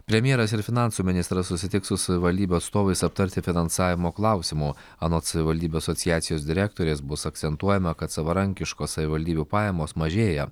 premjeras ir finansų ministras susitiks su savivaldybių atstovais aptarti finansavimo klausimų anot savivaldybių asociacijos direktorės bus akcentuojama kad savarankiškos savivaldybių pajamos mažėja